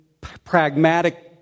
pragmatic